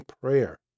prayer